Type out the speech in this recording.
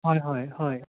হয় হয় হয়